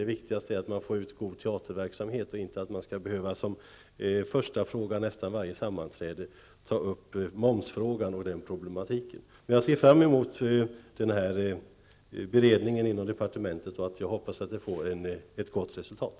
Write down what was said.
Det viktigaste är att få ut god teaterverksamhet, inte att som första fråga på varje sammanträde behöva behandla momsfrågan och problemen som följer därav. Jag ser fram emot beredningen inom departementet. Jag hoppas att den får ett gott resultat.